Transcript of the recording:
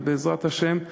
ובעזרת השם,